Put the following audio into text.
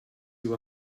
you